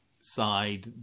side